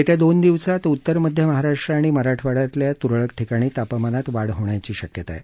येत्या दोन दिवसात उत्तर मध्य महाराष्ट्र आणि मराठवाडयातल्या त्रळक ठिकाणी तापमानात वाढ होण्याची शक्यता आहे